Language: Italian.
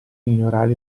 migliorare